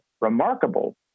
remarkable